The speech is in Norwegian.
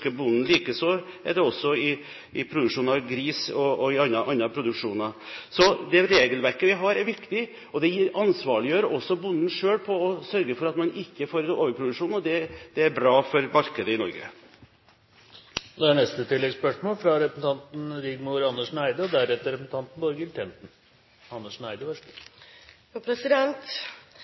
bonden. Likeså er det også i produksjonen av gris og i andre produksjoner. Så det regelverket vi har, er viktig, og det ansvarliggjør også bonden selv ved å sørge for at man ikke får overproduksjon. Det er bra for markedet i Norge. Rigmor Andersen Eide – til oppfølgingsspørsmål. Temaet til Flåtten i denne spørsmålsrunden er skatte- og avgiftspolitikken i landbruket. Trygdeavgiften økes fra